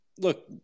look